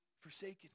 forsaken